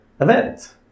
event